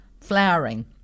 flowering